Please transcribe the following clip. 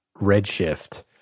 Redshift